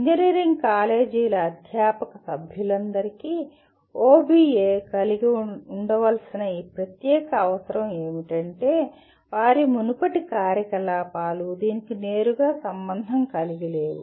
engineering కాలేజీల అధ్యాపక సభ్యులందరికీ OBE కలిగి ఉండవలసిన ఈ ప్రత్యేక అవసరం ఏమిటంటే వారి మునుపటి కార్యకలాపాలు దీనికి నేరుగా సంబంధం కలిగి లేవు